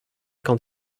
quand